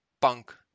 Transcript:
Punk